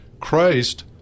Christ